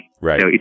Right